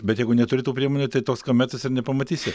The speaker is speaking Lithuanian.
bet jeigu neturi tų priemonių tai tos kometos ir nepamatysi